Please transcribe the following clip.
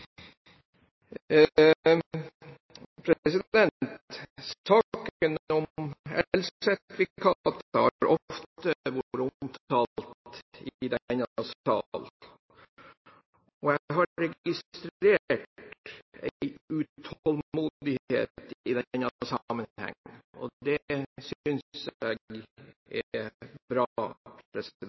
president. Saken om elsertifikater har ofte blitt omtalt i denne salen, og jeg har registrert en utålmodighet i denne sammenhengen, og det synes jeg er bra.